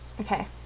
Okay